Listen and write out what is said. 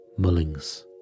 Mullings